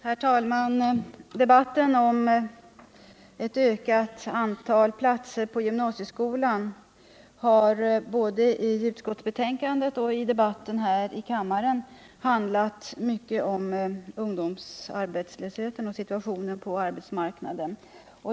Herr talman! Debatten om ett ökat antal platser på gymnasieskolan har både i utskottsbetänkandet och i debatten här i kammaren till stor del handlat om ungdomsarbetslösheten och situationen på arbetsmarknaden.